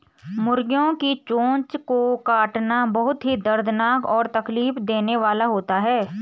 मुर्गियों की चोंच को काटना बहुत ही दर्दनाक और तकलीफ देने वाला होता है